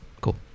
Cool